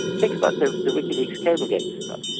think about the the wikileaks cablegate stuff.